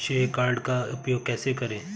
श्रेय कार्ड का उपयोग कैसे करें?